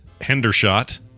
Hendershot